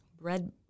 Bread